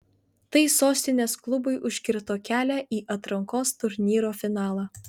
tai sostinės klubui užkirto kelią į atrankos turnyro finalą